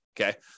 Okay